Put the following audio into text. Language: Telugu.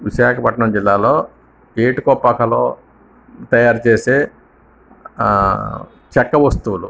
విశాఖపట్నం జిల్లాలో ఏటికొప్పాకాలో తయారు చేసే చెక్క వస్తువులు